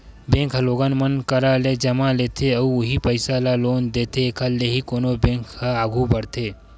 bank ह लोगन मन करा ले जमा लेथे अउ उहीं पइसा ल लोन देथे एखर ले ही कोनो बेंक ह आघू बड़थे